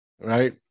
right